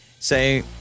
Say